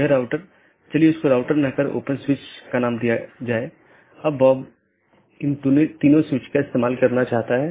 update message मूल रूप से BGP साथियों के बीच से रूटिंग जानकारी है